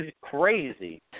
crazy